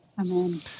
Amen